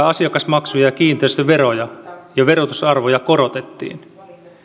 asiakasmaksuja kiinteistöveroja ja verotusarvoja korotettiin